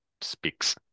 speaks